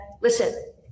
Listen